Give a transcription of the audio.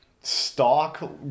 stock